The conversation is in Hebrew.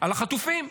על החטופים.